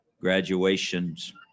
graduations